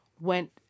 went